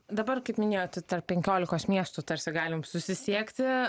dabar kaip minėjot tarp penkiolikos miestų tarsi galim susisiekti